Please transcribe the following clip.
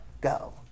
Go